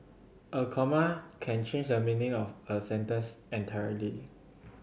a comma can change the meaning of a sentence entirely